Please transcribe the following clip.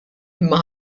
imma